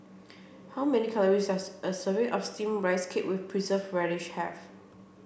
how many calories does a serving of steamed rice cake with preserved radish have